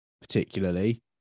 particularly